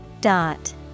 Dot